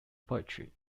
poetry